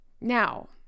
Now